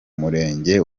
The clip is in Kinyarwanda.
murenge